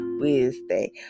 Wednesday